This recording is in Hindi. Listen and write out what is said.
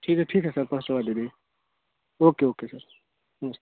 ठीक है ठीक है सर पहुँचवा देंगे ओके ओके सर हाँ